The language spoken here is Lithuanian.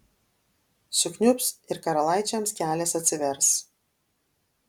sukniubs ir karalaičiams kelias atsivers